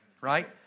right